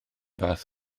fath